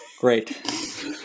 Great